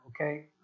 Okay